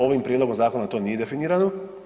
Ovim prijedlogom zakona to nije definirano.